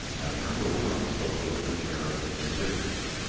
i turned over on the sofa with an air of indifference.